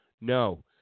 No